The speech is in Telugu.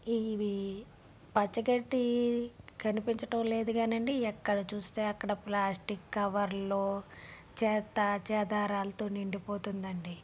ఈ వీ పచ్చగడ్డీ కనిపించటంలేదు గానండి ఎక్కడ చూస్తే అక్కడ ప్లాస్టిక్ కవర్లు చెత్తా చెదారాలుతో నిండిపోతుందండి